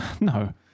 No